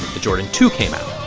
the jordan two came out.